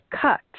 cut